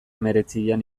hemeretzian